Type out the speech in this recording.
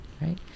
right